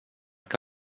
que